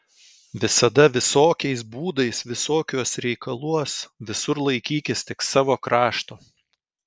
visada visokiais būdais visokiuos reikaluos visur laikykis tik savo krašto